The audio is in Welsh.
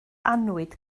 annwyd